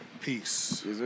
Peace